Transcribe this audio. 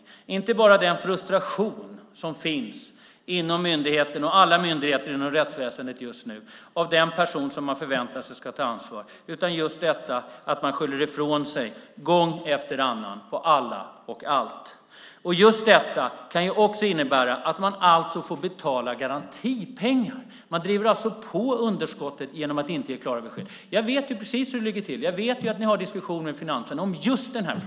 Det är inte bara fråga om en frustration inom alla myndigheter inom rättsväsendet när det gäller den person som förväntas ta ansvar utan också fråga om att man skyller i från sig gång efter annan på alla och allt. Det här kan också innebära att man får betala garantipengar. Man driver på underskottet genom att inte ge klara besked. Jag vet precis hur det ligger till. Jag vet att ni har diskussioner i Finansen om just den frågan.